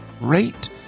rate